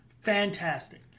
fantastic